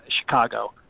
Chicago